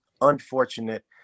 unfortunate